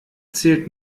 zählt